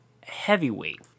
Heavyweight